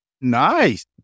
Nice